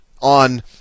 on